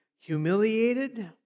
humiliated